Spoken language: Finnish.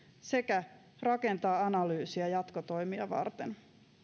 sekä rakentaa analyysejä jatkotoimia varten